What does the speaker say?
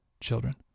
children